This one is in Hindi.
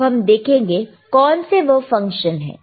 अब हम देखेंगे कौन से वह फंक्शन से